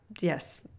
yes